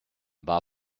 war